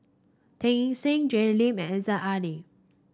Teo Eng Seng Jay Lim and Aziza Ali